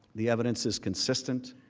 the evidence is consistent,